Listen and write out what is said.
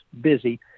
busy